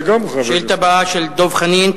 השאילתא הבאה היא של דב חנין,